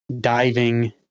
diving